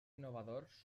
innovadors